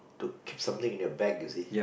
to keep something in your bag you see